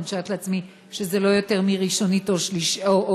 אני משערת לעצמי שזה לא יותר מראשונית או שניונית,